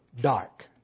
dark